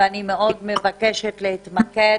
אני מאוד מבקשת להתמקד